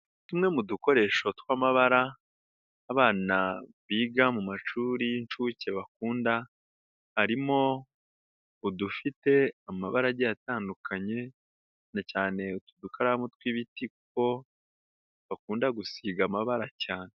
Tumwe mu dukoresho tw'amabara, abana biga mu mashuri y'inshuke bakunda, harimo udufite amabara agiye atandukanye na cyane utudukaramu tw'ibiti kuko bakunda gusiga amabara cyane.